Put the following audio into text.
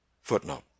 Footnote